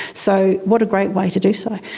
so what a great way to do so.